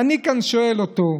ואני כאן שואל אותו: